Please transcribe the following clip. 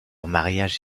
mariage